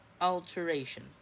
Alteration